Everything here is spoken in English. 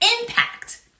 impact